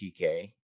tk